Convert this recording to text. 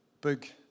big